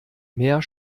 mehr